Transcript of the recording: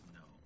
no